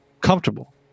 comfortable